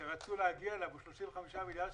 שרצו להגיע אליו הוא 35 מיליארד שקלים.